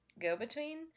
go-between